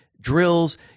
drills